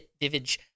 vivid